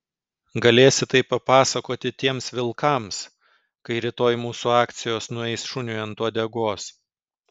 galėsi tai papasakoti tiems vilkams kai rytoj mūsų akcijos nueis šuniui ant uodegos